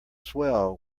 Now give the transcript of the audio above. swell